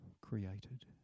created